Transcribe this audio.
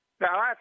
Now